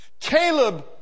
Caleb